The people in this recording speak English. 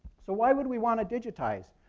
so why would we want to digitize